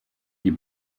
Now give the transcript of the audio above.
die